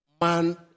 man